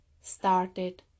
started